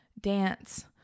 dance